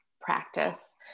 practice